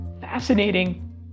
fascinating